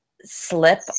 slip